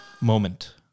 Moment